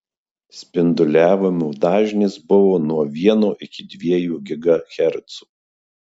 spinduliavimo dažnis buvo nuo vieno iki dviejų gigahercų